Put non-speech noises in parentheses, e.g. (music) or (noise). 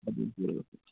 (unintelligible)